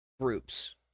groups